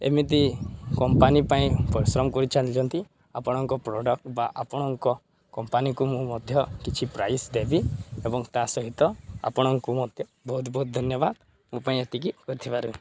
ଏମିତି କମ୍ପାନୀ ପାଇଁ ପରିଶ୍ରମ କରି ଚାଲିଛନ୍ତି ଆପଣଙ୍କ ପ୍ରଡ଼କ୍ଟ୍ ବା ଆପଣଙ୍କ କମ୍ପାନୀକୁ ମୁଁ ମଧ୍ୟ କିଛି ପ୍ରାଇସ୍ ଦେବି ଏବଂ ତା ସହିତ ଆପଣଙ୍କୁ ମତେ ବହୁତ ବହୁତ ଧନ୍ୟବାଦ ମୋ ପାଇଁ ଏତିକି କହିଥିବାରୁ